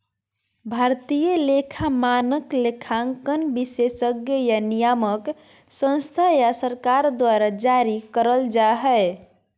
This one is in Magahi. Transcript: भारतीय लेखा मानक, लेखांकन विशेषज्ञ या नियामक संस्था या सरकार द्वारा जारी करल जा हय